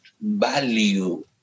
value